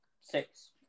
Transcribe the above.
six